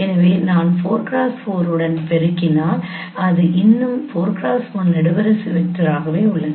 எனவே நான் 4x4 உடன் பெருக்கினால் அது இன்னும் 4x1 நெடுவரிசை வெக்டராகவே உள்ளது